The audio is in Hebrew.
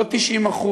לא 90%,